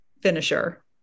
finisher